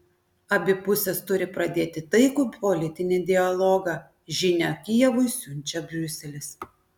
abi pusės turi pradėti taikų politinį dialogą žinią kijevui siunčia briuselis